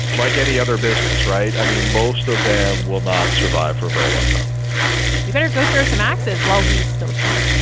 like any other business, right? i mean, most of them will not survive for a very long time we better go throw some axes while we still can